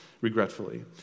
regretfully